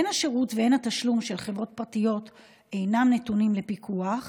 הן השירות והן התשלום של חברות פרטיות אינם נתונים לפיקוח